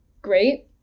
great